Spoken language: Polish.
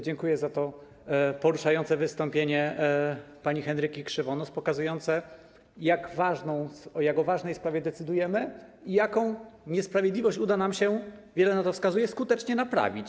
Dziękuję za to poruszające wystąpienie pani Henryki Krzywonos, które pokazało, o jak ważnej sprawie decydujemy i jaką niesprawiedliwość uda nam się, wiele na to wskazuje, skutecznie naprawić.